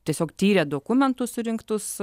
tiesiog tyrė dokumentus surinktus